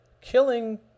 Killing